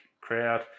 crowd